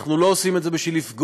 אנחנו לא עושים את זה בשביל לפגוע,